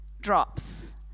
drops